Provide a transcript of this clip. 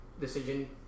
decision